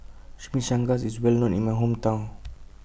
Chimichangas IS Well known in My Hometown